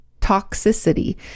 toxicity